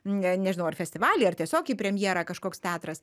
ne nežinau ar festivalį ar tiesiog į premjerą kažkoks teatras